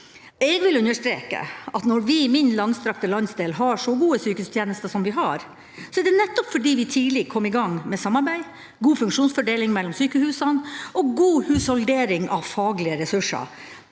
Jeg vil understreke at når vi i min langstrakte landsdel har så gode sykehustjenester som vi har, er det nettopp fordi vi tidlig kom i gang med samarbeid, god funksjonsfordeling mellom sykehusene og god husholdering av faglige ressurser,